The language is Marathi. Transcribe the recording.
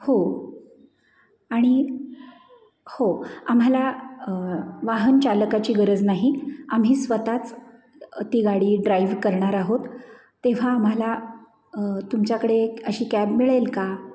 हो आणि हो आम्हाला वाहन चालकाची गरज नाही आम्ही स्वतःच ती गाडी ड्राइव करणार आहोत तेव्हा आम्हाला तुमच्याकडे एक अशी कॅब मिळेल का